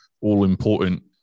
all-important